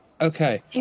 Okay